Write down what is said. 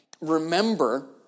Remember